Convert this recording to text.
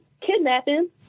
kidnapping